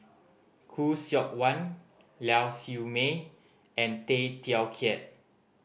Khoo Seok Wan Lau Siew Mei and Tay Teow Kiat